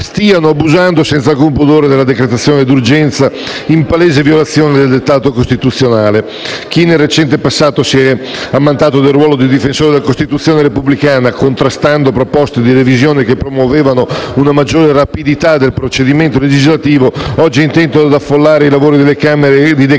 stiano abusando senza alcun pudore della decretazione d'urgenza, in palese violazione del dettato costituzionale. Chi, nel recente passato, si è ammantato del ruolo di difensore della Costituzione repubblicana, contrastando proposte di revisione che promuovevano una maggiore rapidità del procedimento legislativo, oggi è intento ad affollare i lavori delle Camere di decreti-legge